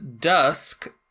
Dusk